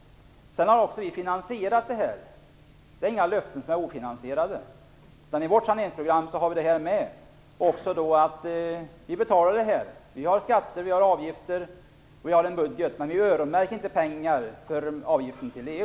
Sedan har vi finansierat våra löften. Det är inga som är ofinansierade. I vårt finansieringsprogram ingår att detta skall betalas. Vi har skatter, avgifter och en budget, men vi öronmärker inte pengar för avgiften till EU.